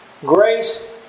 grace